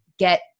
get